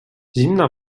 zimna